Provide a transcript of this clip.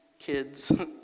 Kids